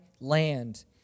land